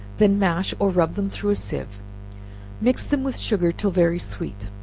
when mash, or rub them through a sieve mix them with sugar till very sweet,